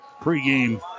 pregame